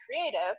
creative